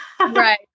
right